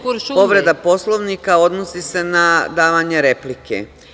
Povreda Poslovnika odnosi se na davanje replike.